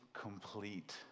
complete